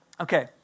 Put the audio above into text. Okay